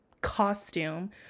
costume